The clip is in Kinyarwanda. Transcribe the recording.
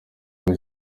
bwo